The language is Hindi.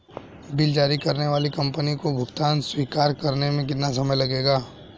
बिल जारी करने वाली कंपनी को भुगतान स्वीकार करने में कितना समय लगेगा?